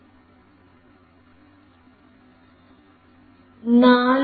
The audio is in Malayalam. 4